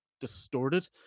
distorted